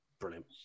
Brilliant